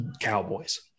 Cowboys